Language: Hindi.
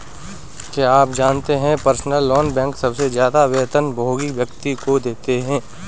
क्या आप जानते है पर्सनल लोन बैंक सबसे ज्यादा वेतनभोगी व्यक्ति को देते हैं?